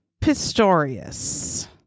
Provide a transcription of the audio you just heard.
Pistorius